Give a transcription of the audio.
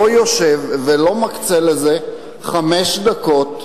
לא יושב ולא מקצה לזה חמש דקות,